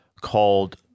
called